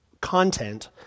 content